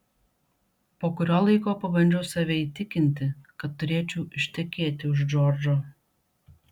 po kurio laiko pabandžiau save įtikinti kad turėčiau ištekėti už džordžo